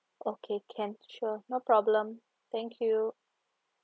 okay can sure no problem thank you